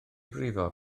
frifo